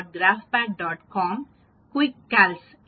Com quickcalcs